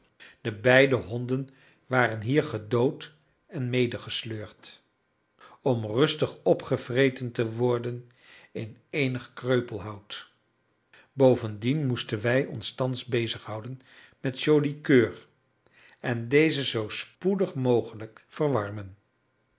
de beide honden waren hier gedood en medegesleurd om rustig opgevreten te worden in eenig kreupelhout bovendien moesten wij ons thans bezighouden met joli coeur en dezen zoo spoedig mogelijk verwarmen